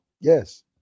yes